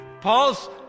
Paul's